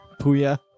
Puya